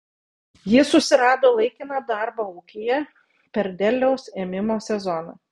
jis susirado laikiną darbą ūkyje per derliaus ėmimo sezoną